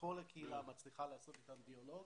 וכל הקהילה מצליחה לעשות אתם דיאלוג.